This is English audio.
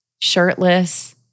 Shirtless